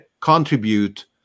contribute